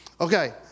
Okay